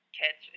kids